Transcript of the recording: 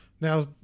Now